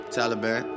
Taliban